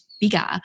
bigger